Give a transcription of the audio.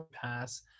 pass